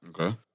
Okay